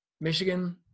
Michigan